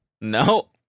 No